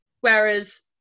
Whereas